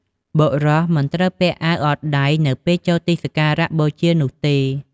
បុរសមិនត្រូវពាក់អាវអត់ដៃនៅពេលចូលទីសក្ការៈបូជានោះទេ។